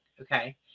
Okay